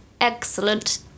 excellent